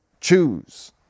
choose